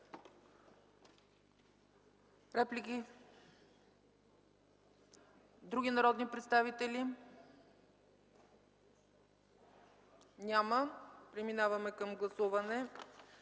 Реплики? Няма. Други народни представители? Няма. Преминаваме към гласуване.